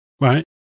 right